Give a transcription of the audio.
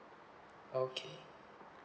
okay